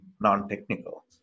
non-technical